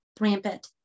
rampant